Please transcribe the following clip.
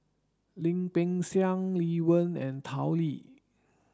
Lim Peng Siang Lee Wen and Tao Li